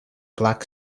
black